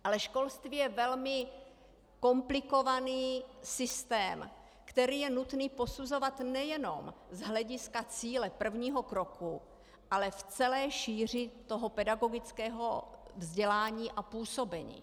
Ale školství je velmi komplikovaný systém, který je nutný posuzovat nejenom z hlediska cíle prvního kroku, ale v celé šíři pedagogického vzdělání a působení.